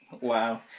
Wow